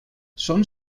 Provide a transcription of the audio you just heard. són